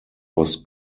was